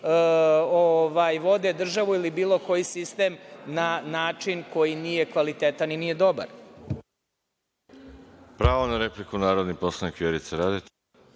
vode državu ili bilo koji sistem na način koji nije kvalitet i nije dobar.